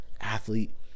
athlete